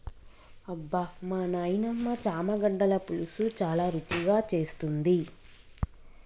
అబ్బమా నాయినమ్మ చామగడ్డల పులుసు చాలా రుచిగా చేస్తుంది